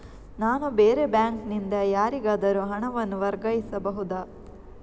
ನಾನು ಬೇರೆ ಬ್ಯಾಂಕ್ ನಿಂದ ಯಾರಿಗಾದರೂ ಹಣವನ್ನು ವರ್ಗಾಯಿಸಬಹುದ?